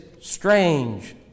strange